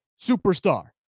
superstar